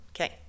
okay